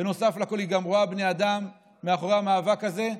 נוסף לכול היא גם רואה בני אדם מאחורי המאבק הזה,